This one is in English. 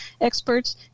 experts